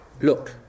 look